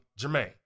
Jermaine